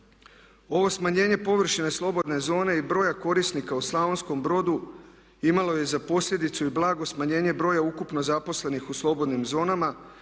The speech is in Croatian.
Ovo smanjenje površine slobodne zone i broja korisnika u Slavonskom Brodu imalo je za posljedicu i blago smanjenje broja ukupno zaposlenih u slobodnim zonama